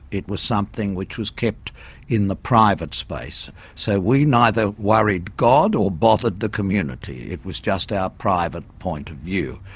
it was something which was kept in the private space. so we neither worried god or bothered the community. it was just our private point of view.